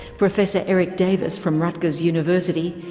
professor eric davis from rutgers university,